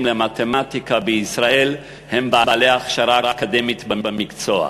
למתמטיקה בישראל הם בעלי הכשרה אקדמית במקצוע.